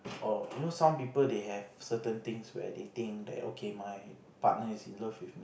or you know some people they have certain things where they think that okay my partner is in love with